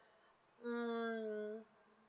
mm